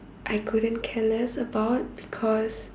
I couldn't care less about because